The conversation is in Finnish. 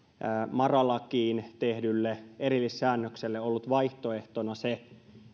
mara lakiin tehdylle erillissäännökselle ollut vaihtoehtona se